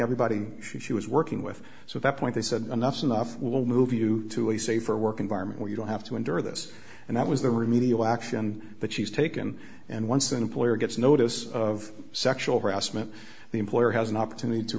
everybody she was working with so that point they said enough enough will move you to a safer work environment where you don't have to endure this and that was the remedial action that she's taken and once an employer gets notice of sexual harassment the employer has an opportunity to